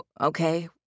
okay